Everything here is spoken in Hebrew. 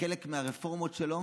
כחלק מהרפורמות שלו,